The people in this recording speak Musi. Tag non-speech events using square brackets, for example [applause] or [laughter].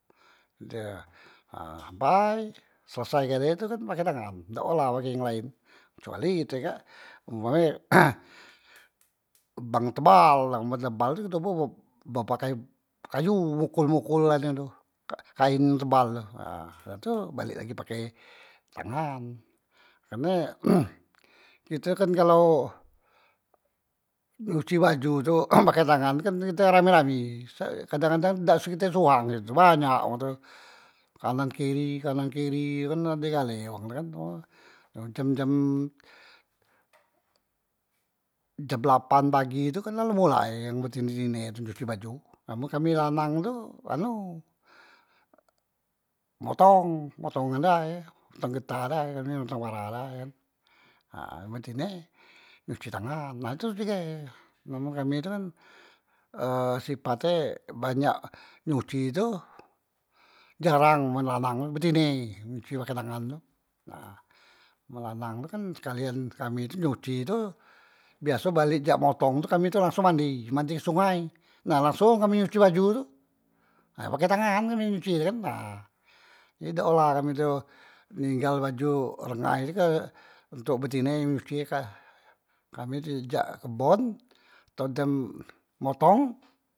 dah ha ampai selesai gale tu kan pakai tangan dak olah pakai yang lain, kecuali kite kak umpame [noise] bang tebal nah men bang tebal tu toboh bepakai kayu mokol- mokol anu tu kaen tebal tu, ha dah tu balek lagi pakai tangan, karne [noise] kite kan kalo nyuci baju tu [noise] pakai tangan tu kan kite rami- rami, sak kadang- kadang dak kite sehuang e tu banyak wang tu, kanan kiri, kanan kiri, kan ade gale wang tu kan, mun jam- jam jam lapan pagi tu kan la mulai yang betine tine tu nyuci baju men kami lanang tu anu motong, motong nga day, motong getah day kami, motong para day, nah men tine nyuci tangan nah tu juge memang kami tu kan eh sipat e banyak nyuci tu jarang men lanang, betine nyuci pakai tangan tu na men lanang tu kan sekalian kami nyuci tu biaso balek jak motong tu kami langsung mandi, mandi di sungai nah langsong kami nyuci baju tu, ha pakai tangan kami nyuci e kan, ha jadi dak olah kami tu ninggal baju rengai tu ke untok betine nyuci e kak, kami di jak kebon tu dem motong.